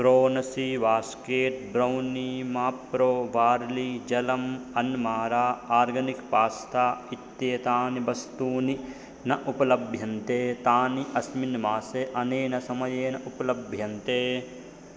क्रोनसी basket brownie Mapro barley जलम् अन्मारा organic pasta इत्येतानि वस्तूनि न उपलभ्यन्ते तानि अस्मिन् मासे अनेन समयेन उपलभ्यन्ते